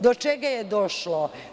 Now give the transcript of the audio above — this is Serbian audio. Do čega je došlo?